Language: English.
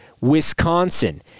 Wisconsin